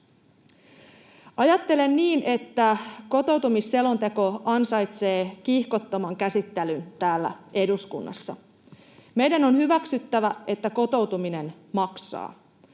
Ajattelen niin, että kotoutumisselonteko ansaitsee kiihkottoman käsittelyn täällä eduskunnassa. Meidän on hyväksyttävä, että kotoutuminen maksaa.